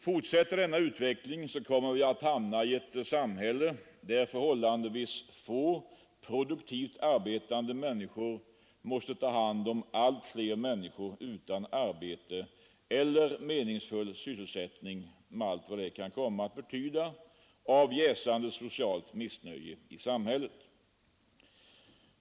Fortsätter denna utveckling kommer vi att hamna i ett samhälle där förhållandevis få produktivt arbetande människor måste ta hand om allt fler människor utan arbete eller meningsfull sysselsättning, med allt vad det kan komma att betyda av jäsande socialt missnöje i samhället.